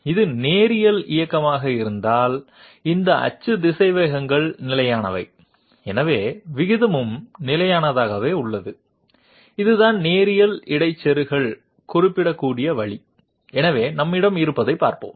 இது நேரியல் இயக்கமாக இருந்தால் இந்த அச்சு திசைவேகங்கள் நிலையானவை எனவே விகிதமும் நிலையானதாகவே உள்ளது இதுதான் நேரியல் இடைச்செருகல் குறிப்பிடக்கூடிய வழி எனவே நம்மிடம் இருப்பதைப் பார்ப்போம்